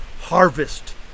harvest